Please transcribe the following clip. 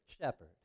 shepherd